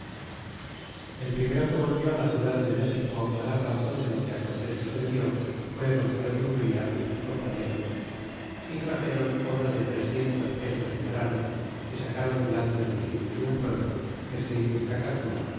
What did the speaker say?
el primero que volvió a la ciudad de méxico dar razon de te lo que cortés los envió fue gonzalo de umbria y sus compañeros y traxéron obra de trecientos pesos en granos que sacaron delante de los indios de un pueblo que se dice